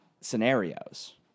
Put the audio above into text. scenarios